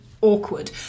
awkward